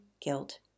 guilt